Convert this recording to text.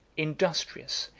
industrious,